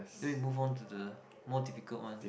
then we move on to the more difficult one